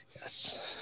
Yes